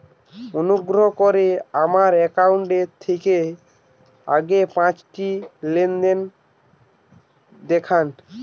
অনুগ্রহ করে আমার অ্যাকাউন্ট থেকে আগের পাঁচটি লেনদেন দেখান